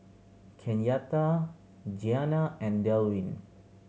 Kenyatta Gianna and Delwin